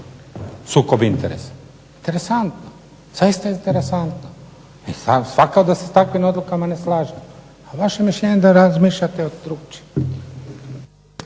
sukob interesa. Interesantno, zaista interesantno. Svakako da se s takvim odlukama ne slažem. A vaše mišljenje je da razmišljate drukčije.